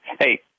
Hey